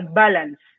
balance